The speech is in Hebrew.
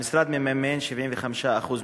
המשרד מממן 75% מהתקציב,